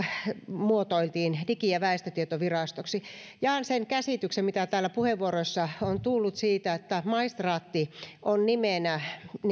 muotoiltiin digi ja väestötietovirastoksi jaan sen käsityksen mitä täällä puheenvuoroissa on tullut siitä että maistraatti on nimenä